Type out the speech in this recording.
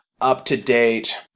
up-to-date